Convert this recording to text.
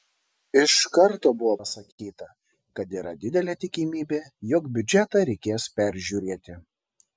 iš karto buvo pasakyta kad yra didelė tikimybė jog biudžetą reikės peržiūrėti